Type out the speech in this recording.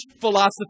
philosophy